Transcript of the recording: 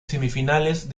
semifinales